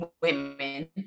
women